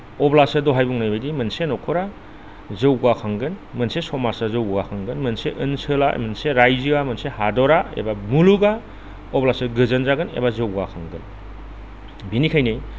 अब्लासो दहाय बुंनायबादि मोनसे न'खरा जौगाखांगोन मोनसे समाजा जौगाखांगोन मोनसे ओनसोला मोनसे राइजोआ मोनसे हादरा एबा मुलुगा अब्लासो गोजोन जागोन एबा जौगाखांगोन बेनिखायनो